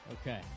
Okay